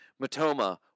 Matoma